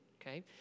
okay